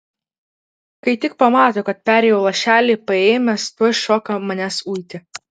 kai tik pamato kad parėjau lašelį paėmęs tuoj šoka manęs uiti